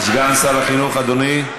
סגן שר החינוך, אדוני.